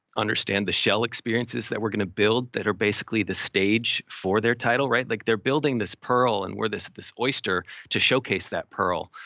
understand the shell experiences that we're gonna build that are basically the stage for their title. like they're building this pearl and we're this this oyster to showcase that pearl.